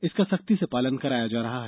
इसका सख्ती से पालन कराया जा रहा है